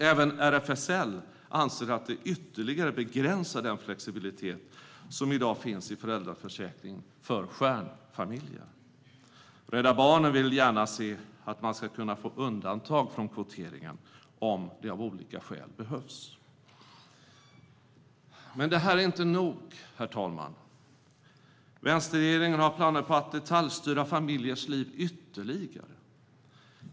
Även RFSL anser att det ytterligare begränsar den flexibilitet som i dag finns i föräldraförsäkringen för stjärnfamiljer. Rädda Barnen vill gärna se att man ska kunna få undantag från kvoteringen om det av olika skäl behövs. Men detta är inte nog, herr talman! Vänsterregeringen har planer på att detaljstyra familjers liv ytterligare.